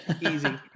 easy